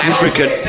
African